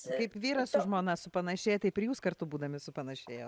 kaip vyras su žmona supanašėja taip ir jūs kartu būdami supanašėjat